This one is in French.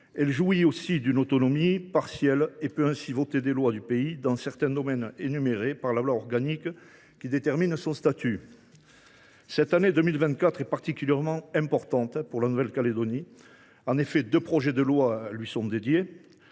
Elle jouit aussi d’une autonomie partielle et peut ainsi voter des lois du pays dans certains domaines énumérés par la loi organique qui détermine son statut. Cette année 2024 est particulièrement importante pour la Nouvelle Calédonie. En effet, deux projets de loi lui seront